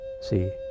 See